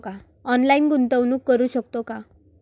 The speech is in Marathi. ऑनलाइन गुंतवणूक करू शकतो का?